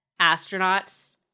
astronauts